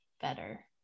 better